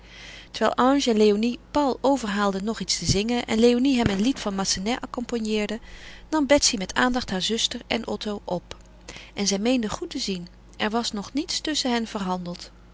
terwijl ange en léonie paul overhaalden nog iets te zingen en léonie hem een lied van massenet accompagneerde nam betsy met aandacht haar zuster en otto op en zij meende goed te zien er was nog niets tusschen hen verhandeld